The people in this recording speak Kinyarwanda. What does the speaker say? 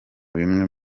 bimwe